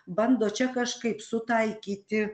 bando čia kažkaip sutaikyti